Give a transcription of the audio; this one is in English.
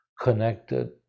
connected